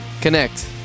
connect